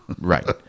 right